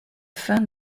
faim